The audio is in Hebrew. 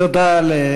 תודה רבה.